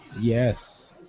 Yes